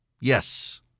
Yes